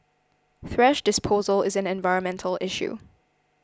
thrash disposal is an environmental issue